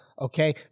okay